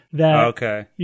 Okay